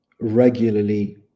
regularly